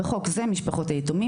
"בחוק זה משפחות היתומים,